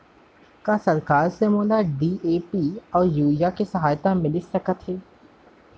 का सरकार से मोला डी.ए.पी अऊ यूरिया के सहायता मिलिस सकत हे?